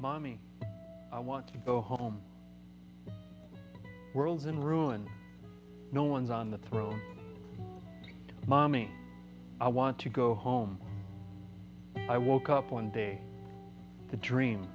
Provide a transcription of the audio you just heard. mommy i want to go home worlds and ruin no one's on the throne mommy i want to go home i woke up one day the dream